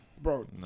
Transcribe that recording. Bro